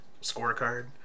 scorecard